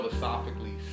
Philosophically